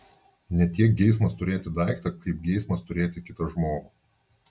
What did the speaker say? ne tiek geismas turėti daiktą kaip geismas turėti kitą žmogų